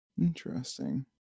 Interesting